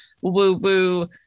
woo-woo